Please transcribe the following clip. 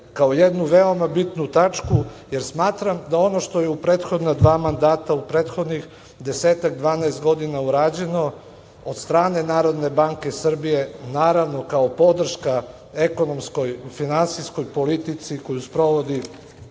kao jednu veoma bitnu tačku, jer smatram što je u prethodna dva mandata, u prethodnih desetak dvanaest godina urađeno od strane NBS, naravno kao podrška ekonomskoj i finansijskoj politici koju sprovodi